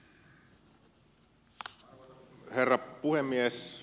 arvoisa herra puhemies